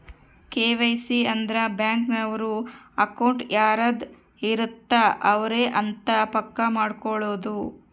KYC ಅಂದ್ರ bank ನವರು account ಯಾರದ್ ಇರತ್ತ ಅವರೆ ಅಂತ ಪಕ್ಕ ಮಾಡ್ಕೊಳೋದು